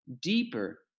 deeper